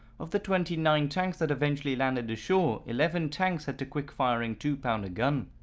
of the twenty nine tanks that eventually landed ashore, eleven tanks had the quick firing two pounder gun,